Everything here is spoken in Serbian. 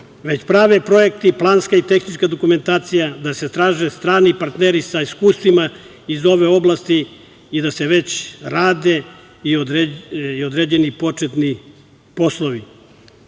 već prave projekti, planska i tehnička dokumentacija, da se traže strani partneri sa iskustvima iz ove oblasti i da se već rade i određeni početni poslovi. Posebno